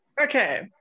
Okay